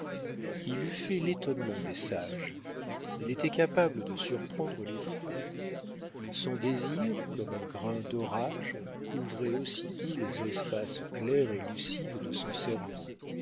il eût fait l'étonnement des sages il était capable de surprendre les fous son désir comme un grain d'orage couvrait aussitôt les espaces clairs et lucides de son cerveau